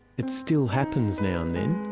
it still happens now and then.